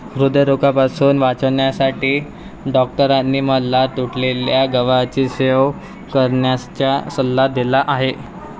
हृदयरोगापासून वाचण्यासाठी डॉक्टरांनी मला तुटलेल्या गव्हाचे सेवन करण्याचा सल्ला दिला आहे